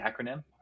acronym